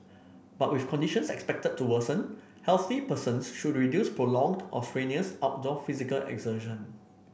but with conditions expected to worsen healthy persons should reduce prolonged or strenuous outdoor physical exertion